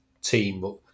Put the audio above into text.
team